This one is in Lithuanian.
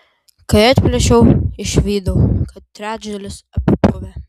kai atplėšiau išvydau kad trečdalis apipuvę